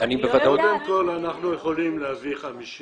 קודם כול, אנחנו יכולים להביא 50